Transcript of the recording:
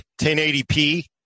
1080p